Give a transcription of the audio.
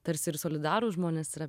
tarsi ir solidarūs žmonės yra